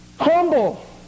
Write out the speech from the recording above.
Humble